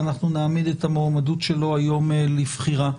ואנחנו נעמיד את המועמדות שלו היום לבחירה.